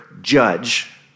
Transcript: judge